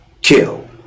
kill